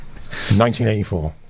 1984